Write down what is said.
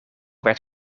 werd